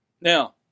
Now